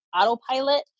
autopilot